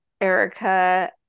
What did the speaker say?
Erica